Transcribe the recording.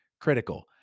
critical